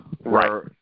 Right